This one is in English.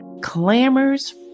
clamors